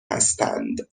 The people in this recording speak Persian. هستند